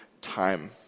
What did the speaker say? time